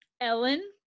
Ellen